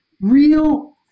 Real